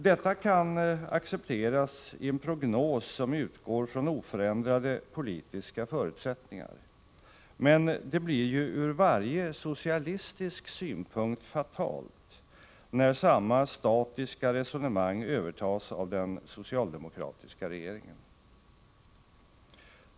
Detta kan accepteras i en prognos som utgår från oförändrade politiska förutsättningar, men det blir ur varje socialistisk synpunkt fatalt när samma statiska resonemang övertas av den socialdemokratiska regeringen.